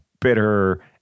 bitter